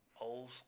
old